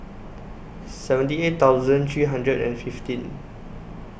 seventy eight thousand three hundred and fifteen